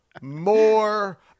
more